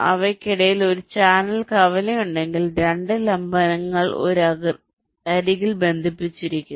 അവയ്ക്കിടയിൽ ഒരു ചാനൽ കവലയുണ്ടെങ്കിൽ 2 ലംബങ്ങൾ ഒരു അരികിൽ ബന്ധിപ്പിച്ചിരിക്കുന്നു